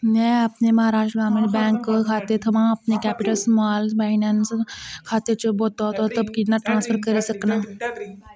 में अपने महाराश्ट्र ग्रामीण बैंक खाते थमां अपने कैपिटल स्मॉल फाइनैंस खाते च बद्धोबद्ध किन्ना ट्रांसफर करी सकनां